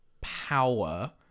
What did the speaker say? power